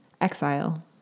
exile